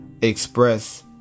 express